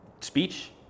speech